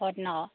হয়তোন আকৌ